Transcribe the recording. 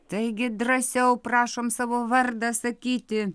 taigi drąsiau prašom savo vardą sakyti